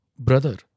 Brother